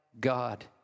God